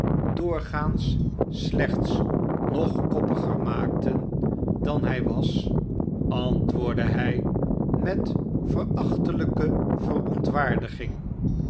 doorgaans slechts nog koppiger maakten dan hij was antwoordde hij met verachtelijke verontwaardiging